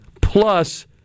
plus